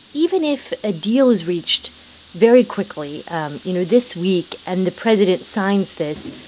even if a deal is reached very quickly um you know, this week and the president signs this,